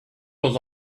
was